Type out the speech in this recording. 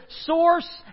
source